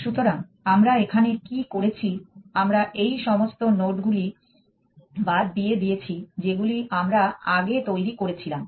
সুতরাং আমরা এখানে কি করেছি আমরা এই সমস্ত নোডগুলি বাদ দিয়ে দিয়েছি যেগুলি আমরা আগে তৈরি করেছিলাম